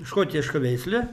škotiška veislė